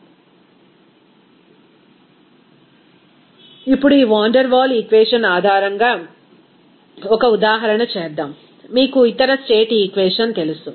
refer slide time ఇప్పుడు ఈ van der Waal equation ఆధారంగా ఒక ఉదాహరణ చేద్దాం లేదా మీకు ఇతర స్టేట్ ఈక్వేషన్ తెలుసు